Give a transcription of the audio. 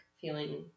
feeling